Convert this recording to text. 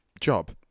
job